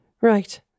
Right